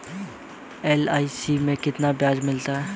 LIC में कितना ब्याज मिलता है?